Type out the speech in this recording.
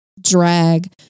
drag